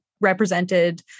represented